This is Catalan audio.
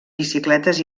bicicletes